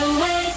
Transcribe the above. Away